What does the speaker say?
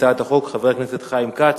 יציג את הצעת החוק חבר הכנסת חיים כץ.